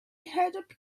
heard